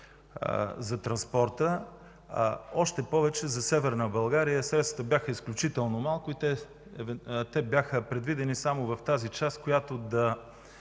за транспорта, още повече за Северна България. Средствата бяха изключително малко и бяха предвидени само в тази част, която да